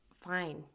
fine